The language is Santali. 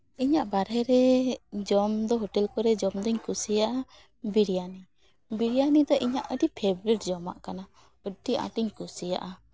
ᱤᱧᱟᱹᱜ ᱵᱟᱨᱦᱮ ᱨᱮ ᱡᱚᱢ ᱫᱚ ᱦᱳᱴᱮᱹᱞ ᱠᱚᱨᱮ ᱡᱚᱢ ᱫᱩᱧ ᱠᱩᱥᱤᱭᱟᱜᱼᱟ ᱵᱤᱨᱤᱭᱟᱱᱤ ᱵᱤᱨᱤᱭᱟᱱᱤ ᱫᱚ ᱤᱧᱟᱜ ᱟᱹᱰᱤ ᱯᱷᱮᱵᱟᱨᱮᱴ ᱡᱚᱢᱟᱜ ᱠᱟᱱᱟ ᱟᱹᱰᱰᱤ ᱟᱸᱴᱤᱧ ᱠᱩᱥᱤᱭᱟᱜᱼᱟ